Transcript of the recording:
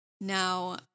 Now